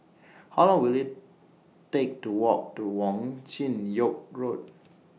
How Long Will IT Take to Walk to Wong Chin Yoke Road